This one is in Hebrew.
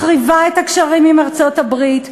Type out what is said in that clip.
מחריבה את הקשרים עם ארצות-הברית,